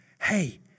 hey